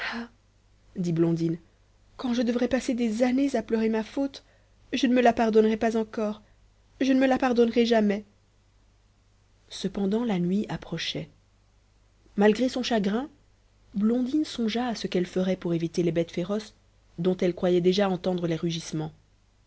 dit blondine quand je devrais passer des années à pleurer ma faute je ne me la pardonnerais pas encore je ne me la pardonnerai jamais cependant la nuit approchait malgré son chagrin blondine songea à ce qu'elle ferait pour éviter les bêtes féroces dont elle croyait déjà entendre les rugissements